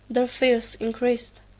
their fears increased.